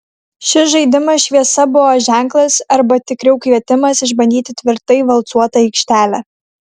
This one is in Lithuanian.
šis žaidimas šviesa buvo ženklas arba tikriau kvietimas išbandyti tvirtai valcuotą aikštelę